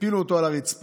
הפילו אותו על הרצפה